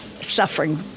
suffering